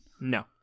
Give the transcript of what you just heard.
No